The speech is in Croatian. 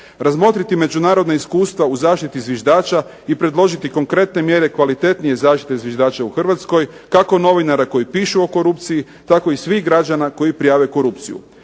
razmotriti međunarodna iskustva u zaštiti Zviždača i predložiti konkretne mjere kvalitetnije zaštite Zviždača u Hrvatskoj kako novinara koji pišu o korupciji, tako i svih građana koji prijave korupciju,